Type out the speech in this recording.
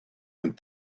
and